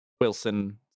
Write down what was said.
Wilson